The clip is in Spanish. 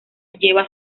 lleva